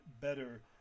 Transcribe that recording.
better